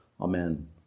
Amen